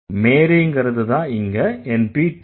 Mary ங்கறதுதான் இங்க NP 2